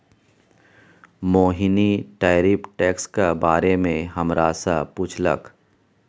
मोहिनी tariff टैक्सक बारे मे हमरा सँ पुछलक